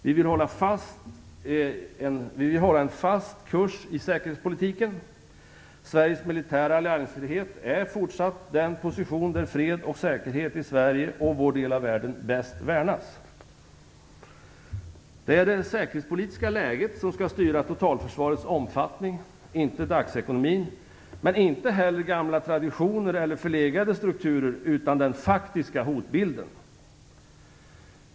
Vi vill hålla en fast kurs i säkerhetspolitiken. Sveriges militära alliansfrihet är fortsatt den position där fred och säkerhet i Sverige och i vår del av världen bäst värnas. Det är det säkerhetspolitiska läget som skall styra totalförsvarets omfattning, inte dagsekonomin, men inte heller gamla traditioner eller förlegade strukturer, utan den faktiska hotbilden.